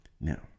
Now